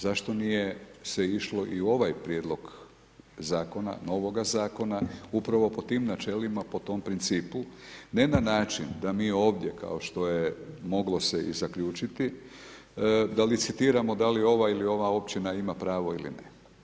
Zašto nije se išlo i u ovaj prijedlog Zakona, novoga Zakona, upravo po tim načelima, po tom principu, ne na način da mi ovdje kao što je moglo se i zaključiti da licitiramo da li ova ili ona općina ima pravo ili ne.